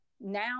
now